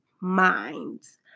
minds